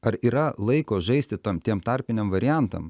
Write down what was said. ar yra laiko žaisti tam tiem tarpiniam variantam